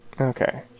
okay